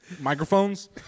microphones